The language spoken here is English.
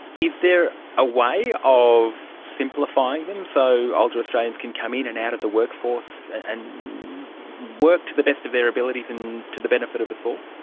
is there a way of simplifying them so older australians can come in and out of the workforce and work to the best of their abilities and to the benefit of us all?